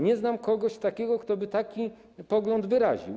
Nie znam kogoś takiego, kto by taki pogląd wyraził.